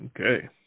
Okay